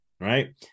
right